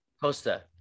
Costa